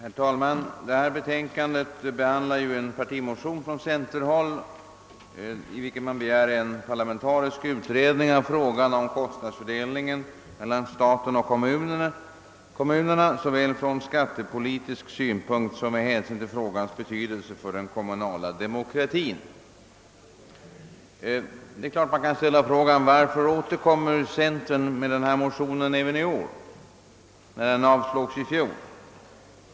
Herr talman! I detta utlåtande behandlas en partimotion från centerhåll, i vilken begärs en parlamentarisk utredning av frågan om kostnadsfördelningen mellan staten och kommunerna, såväl från skattepolitisk synpunkt som med hänsyn till frågans betydelse för den kommunala demokratin. Det är klart att man kan fråga sig varför centern återkommer med den här motionen även i år då den avslogs i fjol.